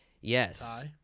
Yes